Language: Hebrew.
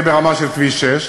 זה יהיה ברמה של כביש 6,